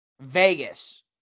Vegas